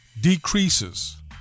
decreases